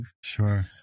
Sure